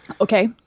Okay